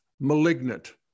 malignant